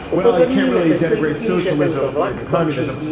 well, you can't really denigrate socialism or even communism.